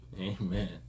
Amen